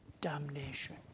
damnation